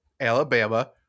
Alabama